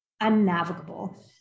unnavigable